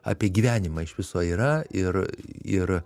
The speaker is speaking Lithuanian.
apie gyvenimą iš viso yra ir ir